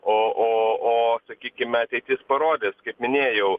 oo o sakykime ateitis parodys kaip minėjau